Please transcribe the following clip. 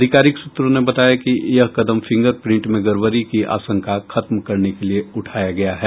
अधिकारिक सूत्रों ने बताया कि यह कदम फिंगर प्रिंट में गड़बड़ी की आशंका खत्म करने के लिये उठाया गया है